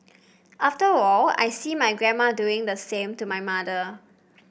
after all I see my grandma doing the same to my mother